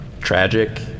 tragic